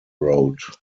road